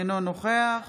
אינו נוכח